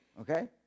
Okay